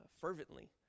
fervently